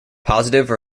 positive